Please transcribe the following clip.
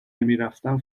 نمیرفتن